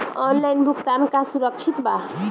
Online भुगतान का सुरक्षित बा?